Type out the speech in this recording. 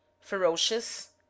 ferocious